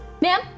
ma'am